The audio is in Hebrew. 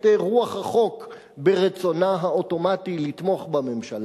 רוח החוק ברצונה האוטומטי לתמוך בממשלה,